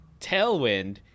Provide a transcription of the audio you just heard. Tailwind